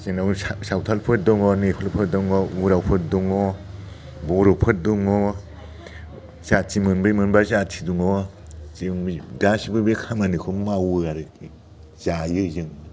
जोंनाव सावथालफोर दङ नेफालफोर दङ उरावफोर दङ बर'फोर दङ जाथि मोनब्रै मोनबा जाथि दङ जों गासिबो बे खामानिखौनो मावो आरोखि जायो जों